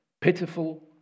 pitiful